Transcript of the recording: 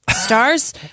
stars